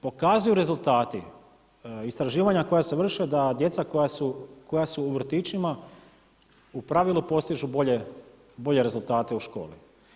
Pokazuju rezultati istraživanja koja se vrše da djeca koja su u vrtićima u pravilu postižu bolje rezultate u školi.